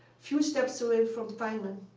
few steps away from feynman.